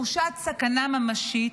תחושת סכנה ממשית,